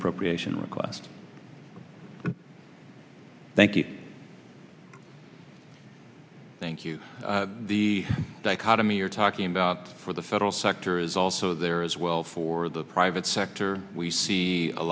appropriation request thank you thank you the dichotomy you're talking about for the federal sector is also there as well for the private sector we see a